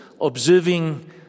observing